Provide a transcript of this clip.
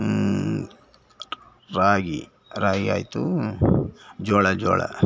ರಾಗಿ ರಾಗಿ ಆಯಿತು ಜೋಳ ಜೋಳ